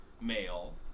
male